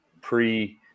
pre